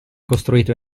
costruito